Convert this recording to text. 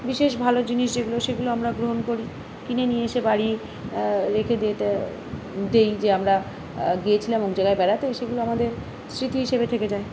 বিশেষ ভালো জিনিস যেগুলো সেগুলো আমরা গ্রহণ করি কিনে নিয়ে এসে বাড়ি রেখে দিয়ে দেই যে আমরা গিয়েছিলাম ও জায়গায় বেড়াতে সেগুলো আমাদের স্মৃতি হিসেবে থেকে যায়